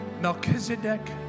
Melchizedek